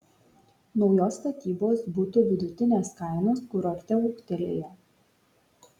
naujos statybos butų vidutinės kainos kurorte ūgtelėjo